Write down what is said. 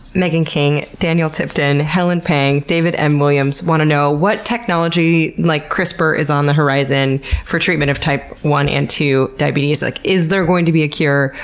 megan king, daniel tipton, helen pang, and david m williams want to know what technology, like crispr, is on the horizon for treatment of type one and two diabetes? like is there going to be a cure?